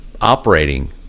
operating